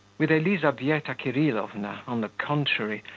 with elizaveta kirillovna, on the contrary,